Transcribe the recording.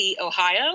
Ohio